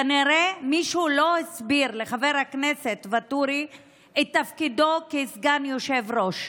כנראה מישהו לא הסביר לחבר הכנסת ואטורי את תפקידו כסגן יושב-ראש.